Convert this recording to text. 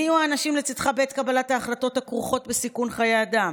מי יהיו האנשים לצידך בעת קבלת ההחלטות הכרוכות בסיכון חיי אדם,